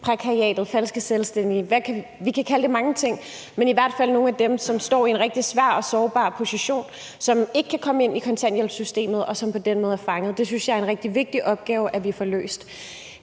prekariatet, falske selvstændige – vi kan kalde det mange ting – er nogle af dem, som står i en rigtig svær og sårbar situation, som ikke kan komme ind i kontanthjælpssystemet, og som på den måde er fanget. Det synes jeg er en rigtig vigtig opgave at få løst.